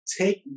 take